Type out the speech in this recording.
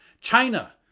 China